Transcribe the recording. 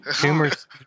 Tumors